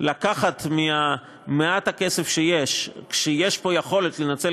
לקחת ממעט הכסף שיש כשיש פה יכולת לנצל